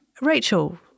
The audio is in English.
Rachel